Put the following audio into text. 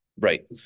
Right